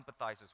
empathizes